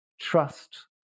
trust